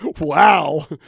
Wow